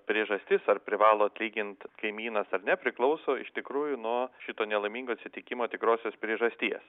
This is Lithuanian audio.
priežastis ar privalo atlygint kaimynas ar ne priklauso iš tikrųjų nuo šito nelaimingo atsitikimo tikrosios priežasties